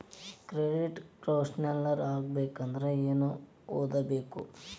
Credit counsellor ಆಗ್ಬೇಕಂದ್ರ ಏನ್ ಓದಿರ್ಬೇಕು?